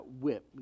whip